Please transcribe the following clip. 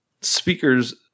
speakers